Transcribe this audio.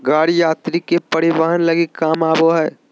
गाड़ी यात्री के परिवहन लगी काम आबो हइ